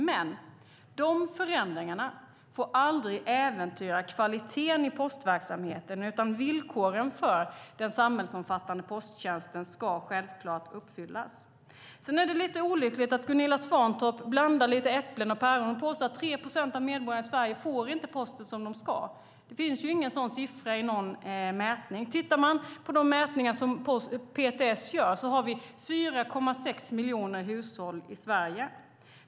Men de förändringarna får aldrig äventyra kvaliteten i postverksamheten, utan villkoren för den samhällsomfattande posttjänsten ska självklart uppfyllas. Det är lite olyckligt att Gunilla Svantorp blandar äpplen och päron. Hon sade att 3 procent av medborgarna i Sverige inte får posten som de ska. Det finns ingen sådan siffra i någon mätning. Tittar man på de mätningar som PTS gör ser man att vi har 4,6 miljoner hushåll i Sverige.